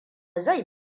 zai